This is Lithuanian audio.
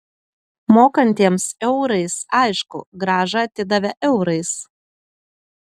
mokantiems eurais aišku grąžą atidavė eurais